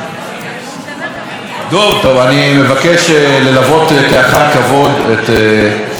אני מבקש ללוות לאחר כבוד את עליזה להפסקת קפה בחוץ.